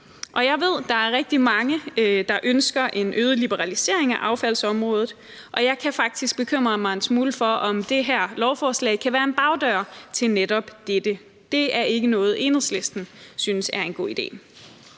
Jeg ved, at der er rigtig mange, der ønsker en øget liberalisering af affaldsområdet, og jeg kan faktisk bekymre mig en smule for, om det her lovforslag kan være en bagdør til netop dette. Det er ikke noget, Enhedslisten synes er en god idé.